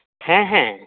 ᱦᱮᱸ ᱦᱮᱸ